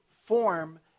form